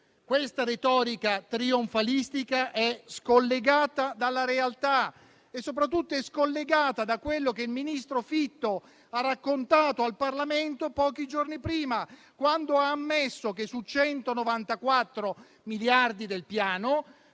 Questa retorica trionfalistica è scollegata dalla realtà e, soprattutto, è scollegata da quanto il ministro Fitto ha raccontato al Parlamento pochi giorni prima, quando ha ammesso che, su 194 miliardi del Piano,